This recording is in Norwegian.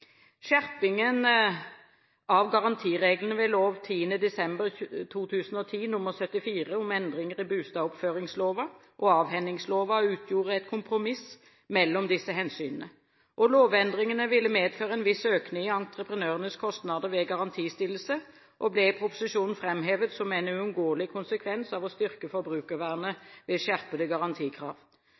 Skjerpingen av garantireglene ved lov 10. desember 2010 nr. 74 om endringer i bostedoppføringsloven og avhendingsloven utgjorde et kompromiss mellom disse hensynene. At lovendringene ville medføre en viss økning i entreprenørenes kostnader ved garantistillelse, ble i proposisjonen framhevet som en uunngåelig konsekvens av å styrke forbrukervernet ved skjerpede garantikrav.